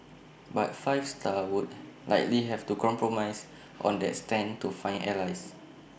but five star would likely have to compromise on that stand to find allies